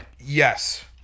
Yes